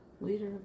leader